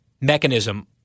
mechanism